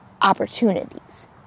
opportunities